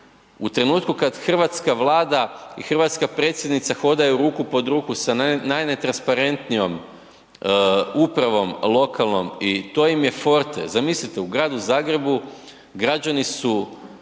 u trenutku kada hrvatska Vlada i hrvatska predsjednica hodaju ruku pod ruku sa najnetransparentnijom upravom lokalnom i to im je forte. Zamislite u gradu Zagrebu građani su